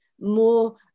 more